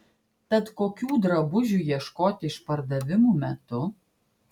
tad kokių drabužių ieškoti išpardavimų metu